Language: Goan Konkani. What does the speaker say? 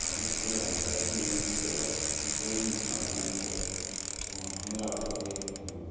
हें फूल ऍन्टायरली इवँट दुसऱ्यान ऑर्गनायझ करप किंवा खंय रावतले खंय